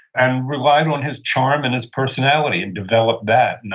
and relied on his charm and his personality, and developed that. and